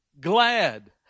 glad